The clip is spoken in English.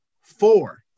Four